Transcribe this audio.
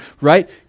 right